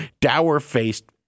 dour-faced